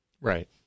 right